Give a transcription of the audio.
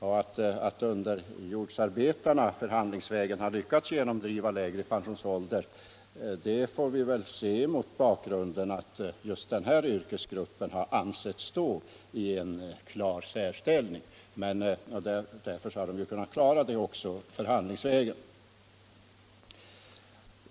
Att under — frågor m.m. jordsarbetarna förhandlingsvägen har lyckats genomdriva lägre pensionsålder får vi se mot bakgrunden av att just denna yrkesgrupp har ansetts stå i en klar särställning. Därför har gruvarbetarna också kunnat lösa frågan förhandlingsvägen.